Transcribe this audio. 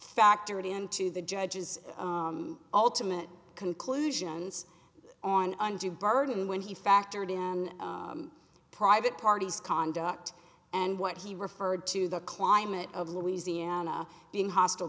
factored into the judge's ultimate conclusions on undue burden when he factored in private parties conduct and what he referred to the climate of louisiana being hostile